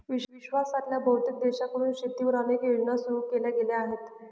विश्वातल्या बहुतेक देशांकडून शेतीवर अनेक योजना सुरू केल्या गेल्या आहेत